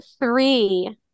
three